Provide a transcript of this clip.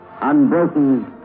unbroken